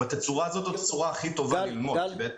התצורה הזו היא התצורה הכי טובה ללמוד.